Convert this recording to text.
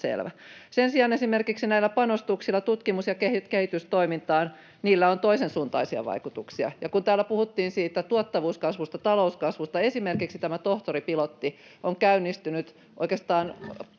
Sen sijaan esimerkiksi näillä panostuksilla tutkimus- ja kehitystoimintaan on toisensuuntaisia vaikutuksia. Täällä puhuttiin tuottavuuskasvusta ja talouskasvusta, ja esimerkiksi tämä tohtoripilotti on käynnistynyt oikeastaan